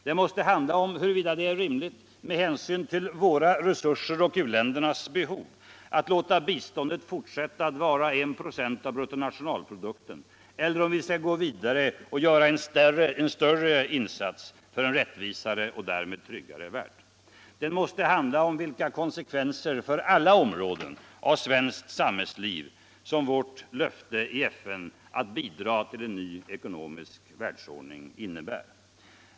Den måste handla om huruvida det är rimligt med hänsyn till våra resurser och u-ländernas behov att låta biståndet fortsätta att vara 1 fö av vår bruttonationalprodukt eller om vi skall gå vidare och göra en större insats för en rättvisare och därmed tryggare värld. Den måste handla om vilka konsekvenser för alla områden av svenskt samhällsliv som vårt löfte i FN att bidra till cen ny ekonomisk världsordning innebär.